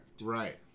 Right